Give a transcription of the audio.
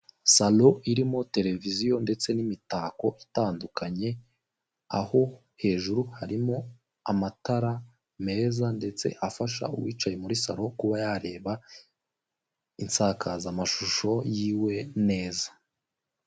Salo irimo televiziyo ndetse n'imitako itandukanye aho hejuru harimo amatara meza ndetse afasha uwicaye muri salo kuba yareba insakazamashusho yiwe neza.